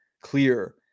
clear